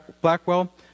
Blackwell